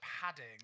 padding